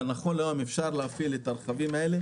אבל נכון להיום אפשר להפעיל את הרכבים האלה